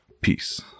Peace